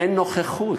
אין נוכחות,